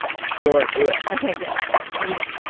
sure. do it ok. good. all right. here we go.